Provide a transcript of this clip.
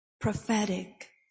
prophetic